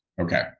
Okay